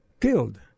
killed